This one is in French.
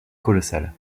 colossal